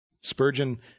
Spurgeon